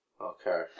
Okay